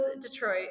Detroit